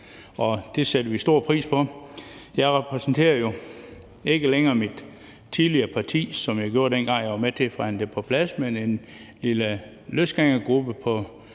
det sætter vi stor pris på. Jeg repræsenterer jo ikke længere mit tidligere parti, som jeg gjorde, dengang jeg var med til at forhandle det på plads, men en lille løsgængergruppe på